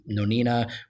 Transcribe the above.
nonina